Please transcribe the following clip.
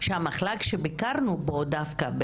שהמחלק שביקרנו בו דווקא,